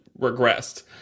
regressed